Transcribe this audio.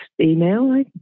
email